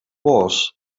wars